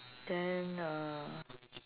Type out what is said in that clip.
then uh